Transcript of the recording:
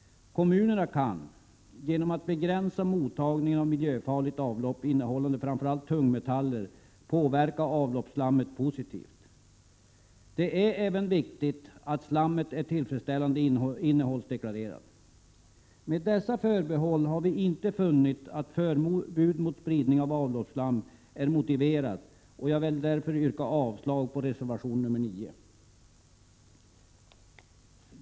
Kommunerna kan genom att begränsa mottagningen av miljöfarligt avlopp, framför allt i form av tungmetaller, påverka avloppsslammets innehåll positivt. Det är även viktigt att slammet är tillfredsställande innehållsdeklarerat. Med dessa förbehåll har vi inte funnit att ett förbud mot spridning av avloppsslam är motiverat. Jag vill därför yrka avslag på reservation 9.